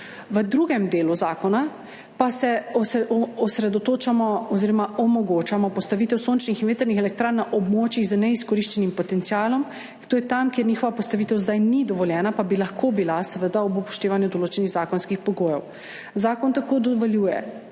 V drugem delu zakona pa se osredotočamo na oziroma omogočamo postavitev sončnih in vetrnih elektrarn na območjih z neizkoriščenim potencialom. To je tam, kjer njihova postavitev zdaj ni dovoljena, pa bi lahko bila, seveda ob upoštevanju določenih zakonskih pogojev. Zakon tako dovoljuje